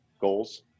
goals